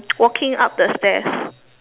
walking up the stairs